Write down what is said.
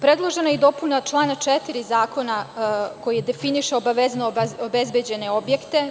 Predložena je i dopuna člana 4. Zakona koji definiše obavezno obezbeđene objekte.